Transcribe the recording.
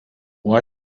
why